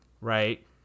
right